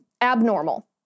abnormal